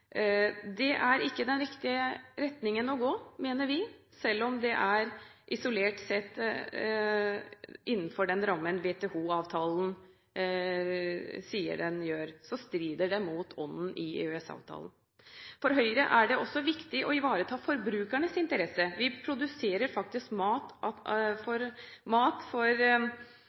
Det er ikke den riktige retningen å gå i, mener vi. Selv om det isolert sett er innenfor den rammen WTO-avtalen gir, strider det mot ånden i EØS-avtalen. For Høyre er det også viktig å ivareta forbrukernes interesser. Vi produserer faktisk mat for norske forbrukere, slik at